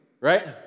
right